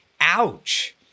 ouch